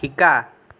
শিকা